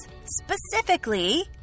specifically